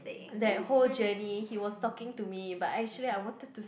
that whole journey he was talking to me but actually I wanted to